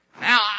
Now